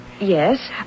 Yes